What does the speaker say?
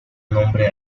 nombre